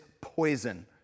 poison